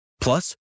Plus